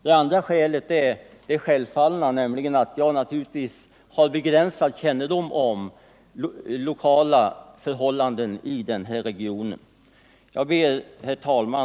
Det andra skälet är att jag naturligtvis har begränsad kännedom om de lokala förhållandena i den här regionen. Herr talman!